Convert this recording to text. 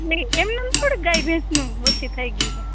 નહીં એમ ને એમ થોડી ગાય ભેંસનું ઓછી થઈ ગઈ છે